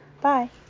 Bye